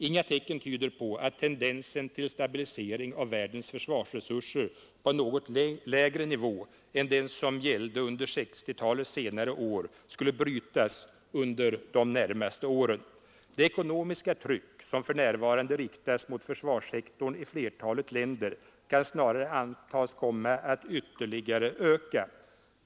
Inga tecken tyder på att tendensen till stabilisering av världens försvarsresurser på en något lägre nivå än den som gällde under 1960-talets senare år skulle brytas under de närmaste åren. Det ekonomiska tryck som för närvarande riktas mot försvarssektorn i flertalet länder kan snarare antas komma att ytterligare öka.